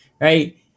right